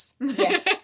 Yes